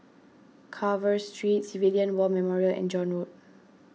Carver Street Civilian War Memorial and John Road